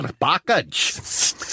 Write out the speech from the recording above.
package